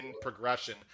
progression